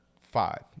five